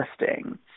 interesting